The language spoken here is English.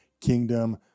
kingdom